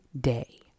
day